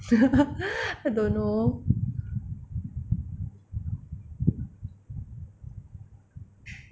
I don't know